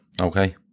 Okay